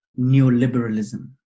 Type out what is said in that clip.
neoliberalism